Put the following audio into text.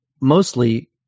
mostly